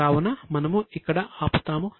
కావున మనము ఇక్కడ ఆపుతాము